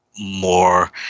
more